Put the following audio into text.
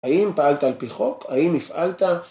האם פעלת על פי חוק? האם הפעלת?